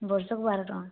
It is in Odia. ବର୍ଷୁକୁ ବାର ଟଙ୍କା